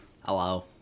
Hello